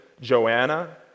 Joanna